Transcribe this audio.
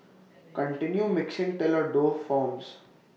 continue mixing till A dough forms